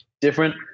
different